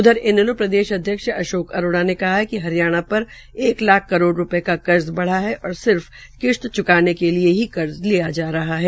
उधर इनैलो प्रदेशाध्यक्ष अशोक अरोड़ा ने कहा है कि हरियाणा पर एक लाख करोड़ रूपये का कर्ज बढ़ा है और सिर्फ किश्त चुकाने के लिये ही कर्ज लिया जा रहा है